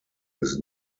ist